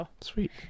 Sweet